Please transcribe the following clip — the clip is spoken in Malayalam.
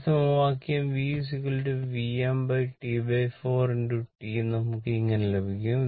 ഈ സമവാക്യം v VmT4T നമുക്ക് ഇങ്ങിനെ ലഭിക്കും